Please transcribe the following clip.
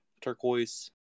turquoise